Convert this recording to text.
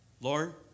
Lord